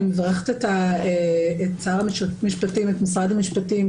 אני מברכת את שר המשפטים ואת משרד המשפטים,